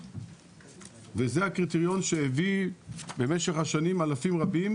וזה הקריטריון שהביא במשך השנים אלפים רבים